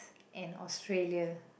and Australia